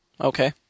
Okay